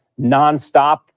nonstop